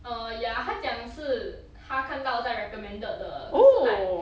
err ya 他讲是他看到在 recommended 的可是 like